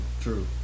true